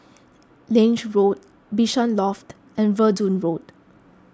Lange Road Bishan Loft and Verdun Road